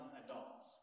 adults